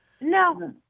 No